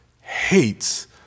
hates